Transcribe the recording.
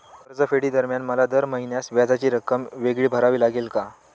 कर्जफेडीदरम्यान मला दर महिन्यास व्याजाची रक्कम वेगळी भरावी लागेल का?